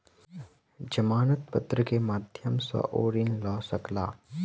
जमानत पत्र के माध्यम सॅ ओ ऋण लय सकला